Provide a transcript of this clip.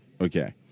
Okay